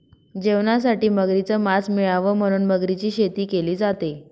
जेवणासाठी मगरीच मास मिळाव म्हणून मगरीची शेती केली जाते